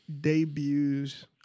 debuts